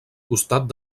costat